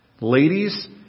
Ladies